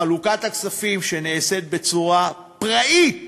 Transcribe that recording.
חלוקת הכספים שנעשית בצורה פראית